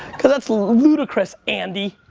cause that's ludicrous, andy.